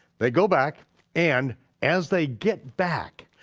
they go back and as they get back,